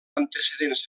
antecedents